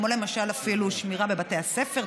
כמו אפילו שמירה בבתי הספר,